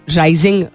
rising